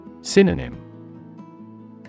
Synonym